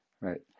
right